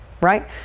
right